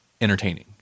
entertaining